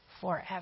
forever